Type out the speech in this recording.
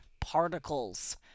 particles